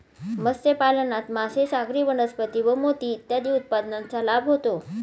मत्स्यपालनात मासे, सागरी वनस्पती व मोती इत्यादी उत्पादनांचा लाभ होतो